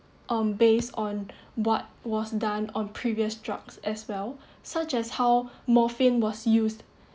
um based on what was done on previous drugs as well such as how morphine was used